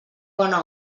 bona